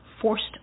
forced